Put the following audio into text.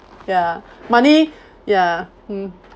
ya money ya mm